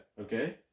Okay